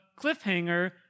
cliffhanger